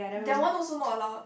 that one also not allowed